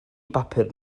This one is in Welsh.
bapur